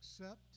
accept